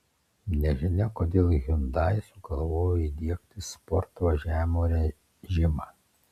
nežinia kodėl hyundai sugalvojo įdiegti sport važiavimo režimą